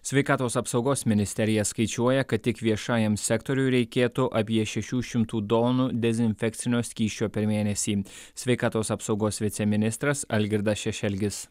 sveikatos apsaugos ministerija skaičiuoja kad tik viešajam sektoriui reikėtų apie šešių šimtų tonų dezinfekcinio skysčio per mėnesį sveikatos apsaugos viceministras algirdas šešelgis